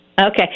Okay